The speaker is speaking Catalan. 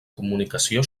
comunicació